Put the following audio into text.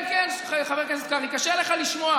כן, כן, חבר הכנסת קרעי, קשה לך לשמוע.